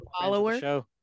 follower